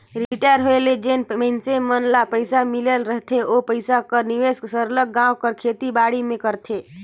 retire होए ले जेन मइनसे मन ल पइसा मिल रहथे ओ पइसा कर निवेस सरलग गाँव कर खेती बाड़ी में करथे